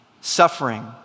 suffering